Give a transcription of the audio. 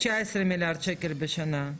19 מיליארד שקל בשנה,